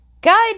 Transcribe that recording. Guide